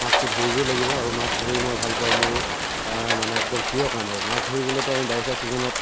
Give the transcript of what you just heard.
মাছটো ধৰিবই লাগিব আৰু মাছ ধৰি মই ভাল পাওঁ মোৰ মানে একদম প্ৰিয় কাম আৰু মাছ ধৰিবলৈতো আমি বাৰিষা ছিজনত